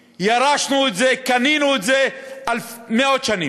שירשנו את זה, קנינו את זה, מאות שנים.